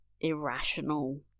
irrational